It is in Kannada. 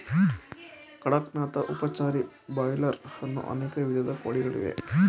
ಕಡಕ್ ನಾಥ್, ಉಪಚಾರಿ, ಬ್ರಾಯ್ಲರ್ ಅನ್ನೋ ಅನೇಕ ವಿಧದ ಕೋಳಿಗಳಿವೆ